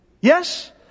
Yes